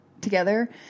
together